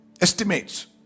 Estimates